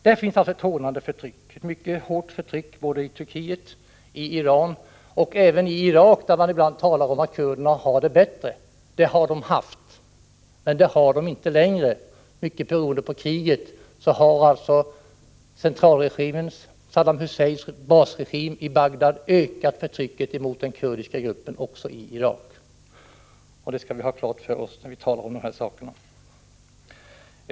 Det finns alltså ett mycket hårt förtryck av kurder både i Turkiet och Iran — och även i Irak, där man ibland talar om att kurderna har det bättre. Det har de haft, men det har de inte längre. Mycket beroende på kriget har Saddam Husseins Baathregim i Bagdad ökat förtrycket mot den kurdiska gruppen. Det skall vi ha klart för oss när vi talar om den här saken.